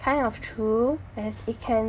kind of true as it can